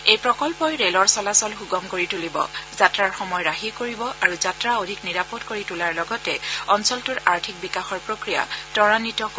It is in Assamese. এই প্ৰকল্পই ৰেলৰ চলাচল সুগম কৰি তুলিব যাত্ৰাৰ সময় ৰাহি কৰিব আৰু যাত্ৰা অধিক নিৰাপদ কৰি তোলাৰ লগতে অঞ্চলটোৰ আৰ্থিক বিকাশৰ প্ৰক্ৰিয়া ত্বাঘিত কৰিব